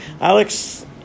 alex